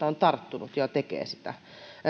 on tarttunut ja jota se tekee mikä ansaitsee kiitosta